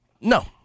No